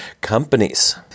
companies